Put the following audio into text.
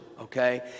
Okay